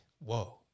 Whoa